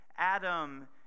Adam